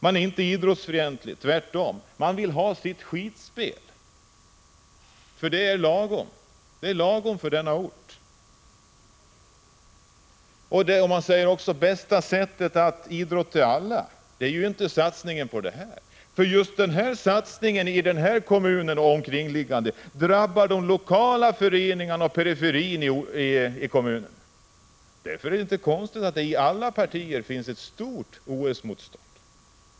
Man är inte idrottsfientlig — tvärtom. Man vill ha sina skidspel. Det är lagom för orten. Man säger: Bästa sättet att ge idrott åt alla är inte att satsa på OS. Just en sådan satsning i Faluns kommun och i omkringliggande kommuner drabbar ju de lokala föreningarna — det gäller även i periferin av kommunen. Det är därför inte konstigt att det inom alla partier finns ett stort motstånd mot OS.